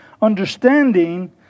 Understanding